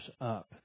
up